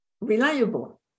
reliable